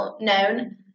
known